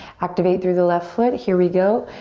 activate through the left foot. here we go,